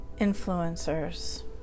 influencers